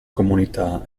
comunità